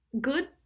good